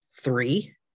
three